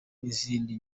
n’izindi